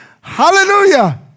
Hallelujah